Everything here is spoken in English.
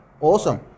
awesome